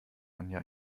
anja